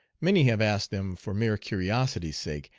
many have asked them for mere curiosity's sake,